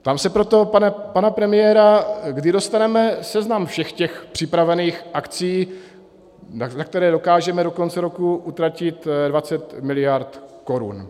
Ptám se proto pana premiéra, kdy dostaneme seznam všech těch připravených akcí, na které dokážeme do konce roku utratit 20 mld. korun.